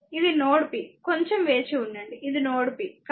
ఇది node p కొంచెం వేచి ఉండండి ఇది నోడ్ p